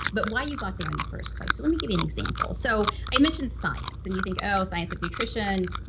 but why you got there in the first place. so let me give you an example. so i mentioned science, and you think, oh, science of nutrition,